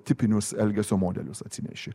tipinius elgesio modelius atsineši